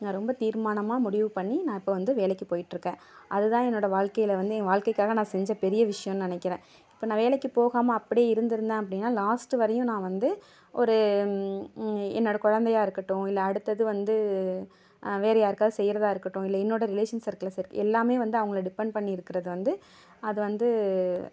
நான் ரொம்ப தீர்மானமாக முடிவு பண்ணி நான் இப்போ வந்து வேலைக்கு போய்ட்டுருக்கேன் அது தான் என்னோடய வாழ்க்கையில் வந்து என் வாழ்க்கைக்காக நான் செஞ்ச பெரிய விஷயம்னு நினைக்கிறேன் இப்போ நான் வேலைக்கு போகாமல் அப்படியே இருந்திருந்தேன் அப்படினா லாஸ்ட்டு வரையும் நான் வந்து ஒரு என்னோடய குழந்தையா இருக்கட்டும் இல்லை அடுத்தது வந்து வேறு யாருக்காவது செய்கிறதா இருக்கட்டும் இல்லை என்னோடய ரிலேஷன் சர்க்கிள்ஸு எல்லாமே வந்து அவங்கள டிப்பெண்ட் பண்ணி இருக்கிறது வந்து அது வந்து